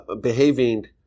behaving